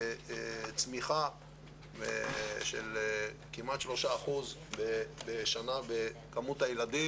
צמיחה של כמעט שלושה אחוזים בשנה במספר הילדים.